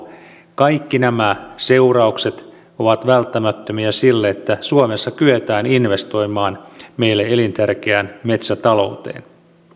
kaikki nämä seuraukset ovat välttämättömiä sille että suomessa kyetään investoimaan meille elintärkeään metsätalouteen